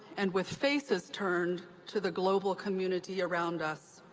and with faces turned to the global community around us.